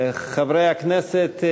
חברי הכנסת,